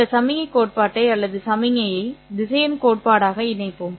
இந்த சமிக்ஞைக் கோட்பாட்டை அல்லது சமிக்ஞையை திசையன் கோட்பாடாக இணைப்போம்